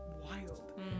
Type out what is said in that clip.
Wild